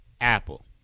Apple